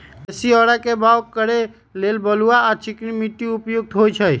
देशी औरा के बाओ करे लेल बलुआ आ चिकनी माटि उपयुक्त होइ छइ